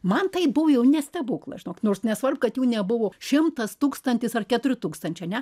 man tai buo jau ne stebuklas žinot nors nesvarb kad jų nebuvo šimtas tūkstantis ar keturi tūkstančiai ane